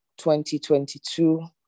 2022